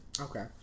Okay